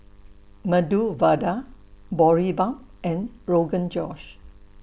Medu Vada Boribap and Rogan Josh